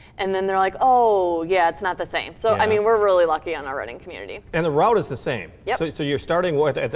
and then they're like, oh, yeah, it's not the same. so, i mean, we're really lucky on our running community. and the route is the same. yep. so you're starting, what, at the,